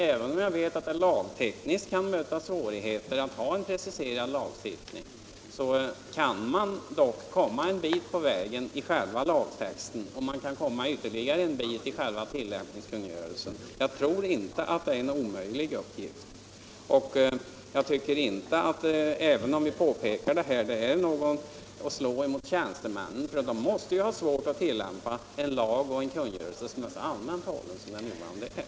Även om jag vet att det lagtekniskt kan möta svårigheter att ha en preciserad lagstiftning tycker jag att man dock kan komma en bit på vägen i själva lagtexten och man kan komma ytterligare en bit i själva tillämpningskungörelsen; jag tror inte att det är någon omöjlig uppgift. Även om vi påpekar detta tycker jag inte att det är att slå emot tjänstemännen, eftersom de måste ha svårt att tillämpa en lag och en kungörelse som är så allmänt hållen som den nuvarande är.